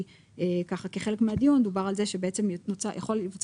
כי כחלק מהדיון דובר על זה שבעצם יכול להיווצר